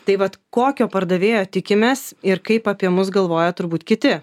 tai vat kokio pardavėjo tikimės ir kaip apie mus galvoja turbūt kiti